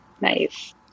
Nice